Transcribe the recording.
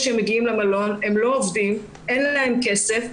ברגע שהם מגיעים למלון הם לא עובדים, אין להם כסף.